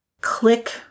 click